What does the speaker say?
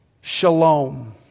shalom